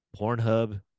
Pornhub